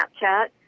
Snapchat